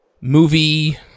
movie